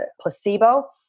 placebo